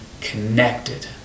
connected